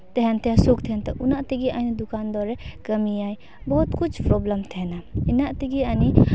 ᱛᱟᱦᱮᱸᱜ ᱥᱚᱵ ᱛᱟᱦᱮᱱ ᱛᱟᱠᱚ ᱚᱱᱟ ᱛᱮᱜᱮ ᱫᱚᱠᱟᱱ ᱫᱚᱨᱮ ᱠᱟᱹᱢᱤᱭᱟᱭ ᱵᱚᱦᱚᱫ ᱠᱩᱪ ᱯᱨᱚᱵᱞᱮᱢ ᱛᱟᱦᱮᱱᱟ ᱤᱱᱟᱹ ᱛᱮᱜᱮ ᱟᱹᱱᱤᱜ